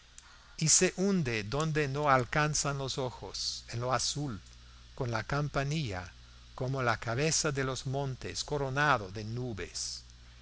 y se hunde donde no alcanzan los ojos en lo azul con la campanilla como la cabeza de los montes coronado de nubes